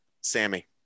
sammy